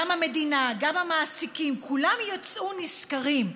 גם המדינה, גם המעסיקים, כולם יצאו נשכרים.